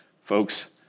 Folks